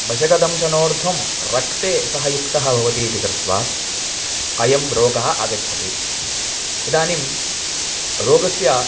वशकदंशनोर्धं रक्ते सः युक्तः भवति इति कृत्वा अयं रोगः आगच्छति इदानीं रोगस्य